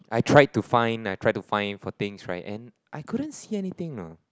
I tried to find I tried to find for things right and I couldn't see anything know